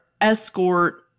escort